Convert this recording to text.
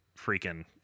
freaking